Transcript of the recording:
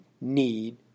need